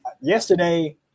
yesterday